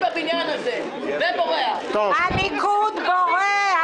הליכוד בורח.